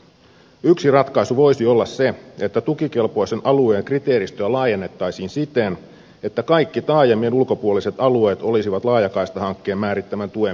yksi ratkaisu voisi olla se että tukikelpoisen alueen kriteeristöä laajennettaisiin siten että kaikki taajamien ulkopuoliset alueet olisivat laajakaistahankkeen määrittämän tuen piirissä